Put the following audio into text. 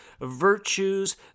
virtues